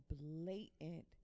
blatant